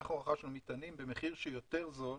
ואנחנו רכשנו מטענים במחיר יותר זול